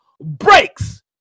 breaks